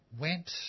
went